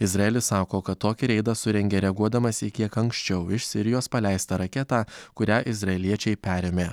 izraelis sako kad tokį reidą surengė reaguodamas į kiek anksčiau iš sirijos paleistą raketą kurią izraeliečiai perėmė